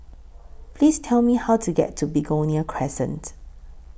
Please Tell Me How to get to Begonia Crescent